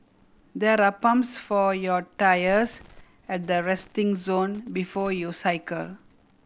there are pumps for your tyres at the resting zone before you cycle